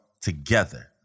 together